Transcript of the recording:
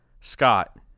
Scott